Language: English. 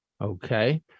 Okay